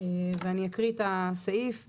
ואני אקריא את הסעיף.